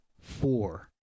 four